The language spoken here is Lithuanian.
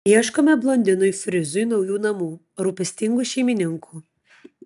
ieškome blondinui frizui naujų namų rūpestingų šeimininkų